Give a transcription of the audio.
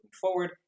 forward